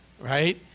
right